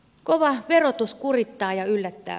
kova verotus kurittaa ja yllättää